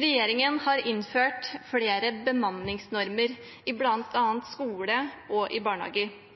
Regjeringen har innført flere bemanningsnormer, bl.a. i skoler og barnehager. Men det er en vegring for å innføre bemanningsnormer i